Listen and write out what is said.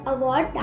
Award